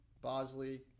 Bosley